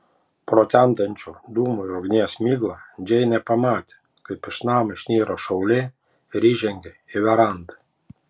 pro temdančią dūmų ir ugnies miglą džeinė pamatė kaip iš namo išniro šaulė ir išžengė į verandą